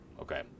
okay